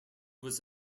was